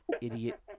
Idiot